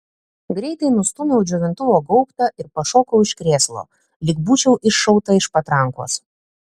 greitai nustūmiau džiovintuvo gaubtą ir pašokau iš krėslo lyg būčiau iššauta iš patrankos